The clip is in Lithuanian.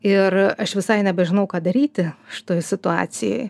ir aš visai nebežinau ką daryti šitoj situacijoj